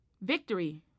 Victory